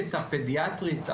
במחלקת הפדיאטרית,